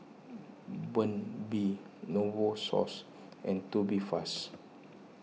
Burt's Bee Novosource and Tubifast